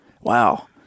Wow